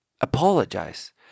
apologize